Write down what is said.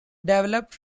developed